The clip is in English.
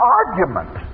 argument